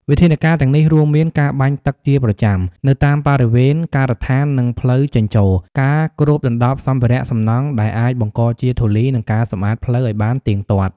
វិធានការទាំងនេះរួមមាន ការបាញ់ទឹកជាប្រចាំ នៅតាមបរិវេណការដ្ឋាននិងផ្លូវចេញចូល ការគ្របដណ្តប់សម្ភារៈសំណង់ដែលអាចបង្កជាធូលី និង ការសម្អាតផ្លូវឱ្យបានទៀងទាត់។